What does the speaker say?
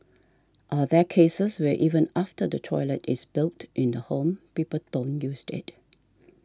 are there cases where even after the toilet is built in the home people don't use it